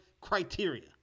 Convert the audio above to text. criteria